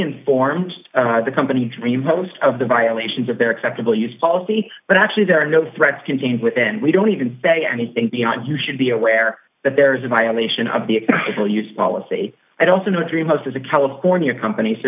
informed the company dream host of the violations of their acceptable use policy but actually there are no threats contained within we don't even say anything beyond you should be aware that there is a violation of the full use policy i don't see the three most of the california companies